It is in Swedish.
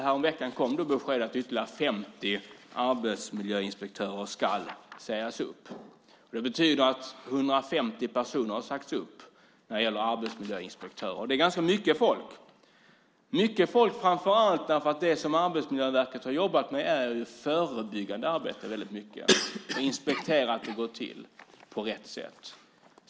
Häromveckan kom det besked om att ytterligare 50 arbetsmiljöinspektörer ska sägas upp. Det betyder att 150 personer har sagts upp när det gäller arbetsmiljöinspektion. Det är ganska mycket folk, mycket folk framför allt därför att det som Arbetsmiljöverket har jobbat med väldigt mycket är förebyggande arbete. De har inspekterat för att se till att det går till på rätt sätt.